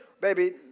Baby